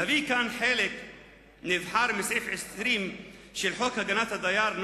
נביא כאן חלק נבחר מסעיף 20 של חוק הגנת הדייר ,